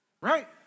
right